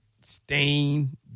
stain